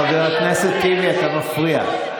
חבר הכנסת טיבי, אתה מפריע.